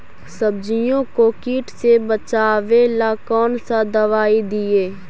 सब्जियों को किट से बचाबेला कौन सा दबाई दीए?